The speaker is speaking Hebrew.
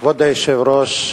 כבוד היושב-ראש,